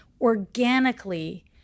organically